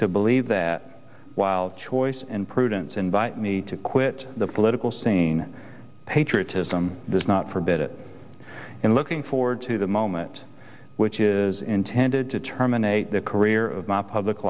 to believe that while choice in prudence invite me to quit the political scene patriotism does not forbid it and looking forward to the moment which is intended to terminate the career of my public